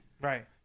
Right